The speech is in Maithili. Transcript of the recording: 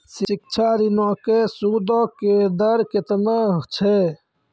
शिक्षा ऋणो के सूदो के दर केतना छै?